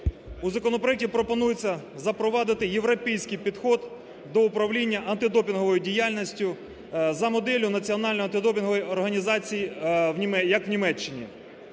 У законопроекті пропонується запровадити європейський підхід до управління антидопінговою діяльністю за моделлю Національної антидопінгової організації, як в Німеччині.